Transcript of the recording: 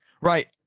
Right